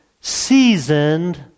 Seasoned